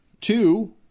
Two